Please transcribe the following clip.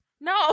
No